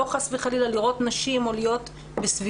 לא חס וחלילה לראות נשים או להיות בסביבה